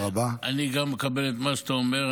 אני גם מקבל את מה שאתה אומר,